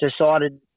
decided